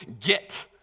get